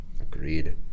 Agreed